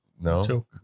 No